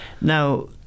now